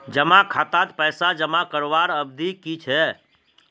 जमा खातात पैसा जमा करवार अवधि की छे?